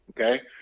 okay